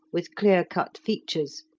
with clear-cut features,